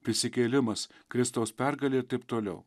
prisikėlimas kristaus pergalė ir taip toliau